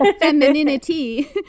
femininity